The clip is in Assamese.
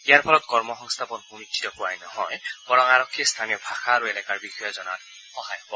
ইয়াৰ ফলত কৰ্ম সংস্থাপন সুনিশ্চিত হোৱাই নহয় বৰং আৰক্ষীয়ে স্থানীয় ভাষা আৰু এলেকাৰ বিষয়ে জনাত সহায় হব